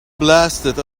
blasted